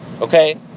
Okay